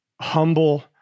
humble